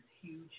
huge